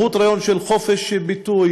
מהות הרעיון של חופש ביטוי.